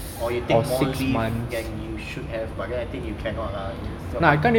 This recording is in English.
or you take more leave then you should have because I think you cannot lah you